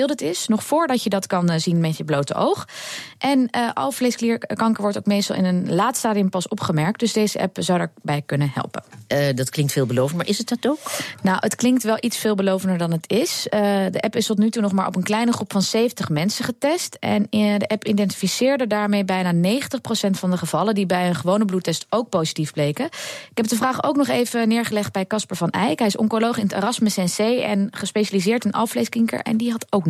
Wil dit is, nog voordat je dat kan, eh, zien met je blote oog. En, eh, alvleeskanker wordt ook meestal in een laat stadium pas opgemerkt, dus deze app zou daarbij kunnen helpen. Eh, dat klinkt veelbelovend, maar is het dat ook? Nou, het klinkt wel iets veelbelovender dan het is. Eh, de app is tot nu toe nog maar op een kleine groep van 70 mensen getest. En, eh, de app identificeerde daarmee bijna 90% van de gevallen die bij een gewone bloedtest ook positief bleken. Ik heb de vraag ook nog even neergelegd bij Casper van Eyck. Hij is oncoloog in het Erasmus NC en gespecialiseerd in alvleeskanker. En die had ook